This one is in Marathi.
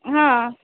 हां